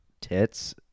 tits